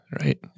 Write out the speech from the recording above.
right